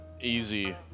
easy